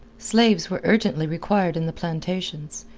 slaves were urgently required in the plantations,